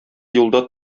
юлда